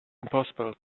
impossible